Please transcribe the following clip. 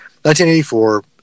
1984